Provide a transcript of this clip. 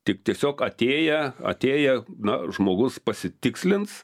tik tiesiog atėję atėję na žmogus pasitikslins